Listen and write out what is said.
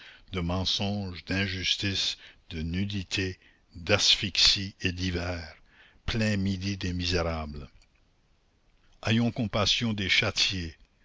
de mensonge d'injustice de nudité d'asphyxie et d'hiver plein midi des misérables ayons compassion des